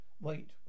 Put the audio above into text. Wait